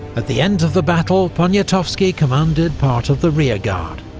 at the end of the battle poniatowski commanded part of the rearguard.